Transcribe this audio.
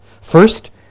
First